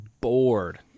bored